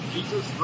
Jesus